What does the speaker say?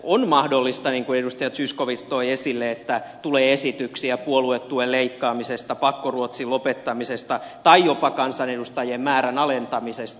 on mahdollista niin kuin edustaja zyskowicz toi esille että tulee esityksiä puoluetuen leikkaamisesta pakkoruotsin lopettamisesta tai jopa kansanedustajien määrän alentamisesta